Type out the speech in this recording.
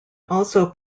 also